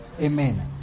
Amen